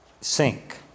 sink